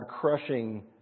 crushing